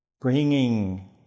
Bringing